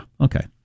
Okay